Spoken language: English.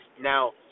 Now